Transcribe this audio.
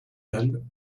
then